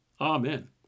Amen